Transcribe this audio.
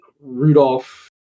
Rudolph